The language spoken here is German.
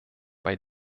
bei